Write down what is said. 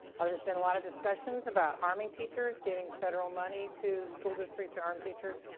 there's been a lot of discussions about arming teachers, getting federal money to school districts to arm teachers.